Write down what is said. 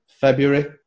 February